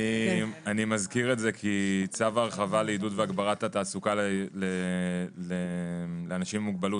אני מזכיר כי זה כי צו ההרחבה לעידוד והגברת התעסוקה לאנשים עם מוגבלות